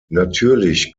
natürlich